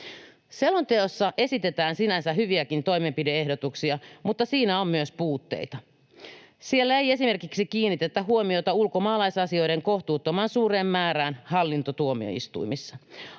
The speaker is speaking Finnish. Selonteossa esitetään sinänsä hyviäkin toimenpide-ehdotuksia, mutta siinä on myös puutteita. Siellä ei esimerkiksi kiinnitetä huomiota ulkomaalaisasioiden kohtuuttoman suureen määrään hallintotuomioistuimissa.